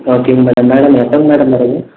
ஒகேங்க madam madam எப்போங்க madam வருது